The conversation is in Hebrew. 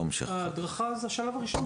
ההדרכה זה השלב הראשון.